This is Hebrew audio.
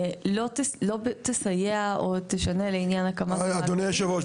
לא תסייע או תשנה לעניין הקמת --- אדוני יושב הראש,